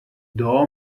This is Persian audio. دعا